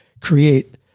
create